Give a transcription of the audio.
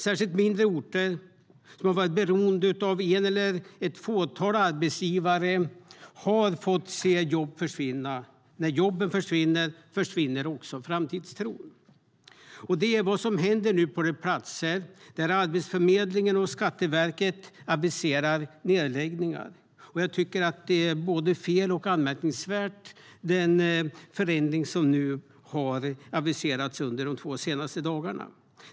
Särskilt mindre orter som har varit beroende av en eller ett fåtal arbetsgivare har fått se jobb försvinna. När jobben försvinner, försvinner också framtidstron. Detta är vad som nu händer på de platser där Arbetsförmedlingen och Skatteverket aviserar nedläggningar. Jag tycker att det är både fel och anmärkningsvärt med den förändring som har aviserats de två senaste dagarna.